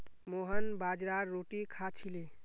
मोहन बाजरार रोटी खा छिले